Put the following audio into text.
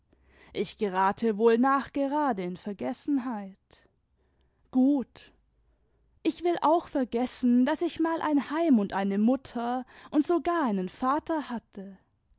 ich gerate wohl nachgerade in vergessenheit gut ich will auch vergessen daß ich mal ein heim und eine mutter und sogar einen vater hatte